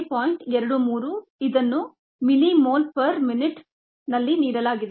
23 ಇದನ್ನು millimole per minuteನಲ್ಲಿ ನೀಡಲಾಗಿದೆ